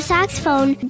Saxophone